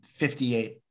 58